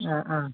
ആ ആ